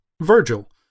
Virgil